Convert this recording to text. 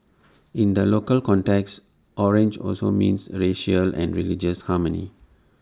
in the local context orange also means racial and religious harmony